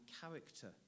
character